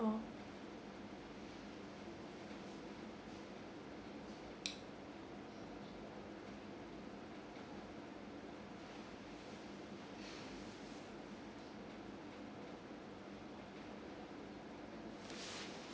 or